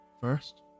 first